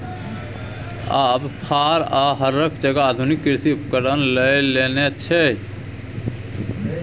आब फार आ हरक जगह आधुनिक कृषि उपकरण लए लेने छै